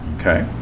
Okay